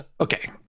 Okay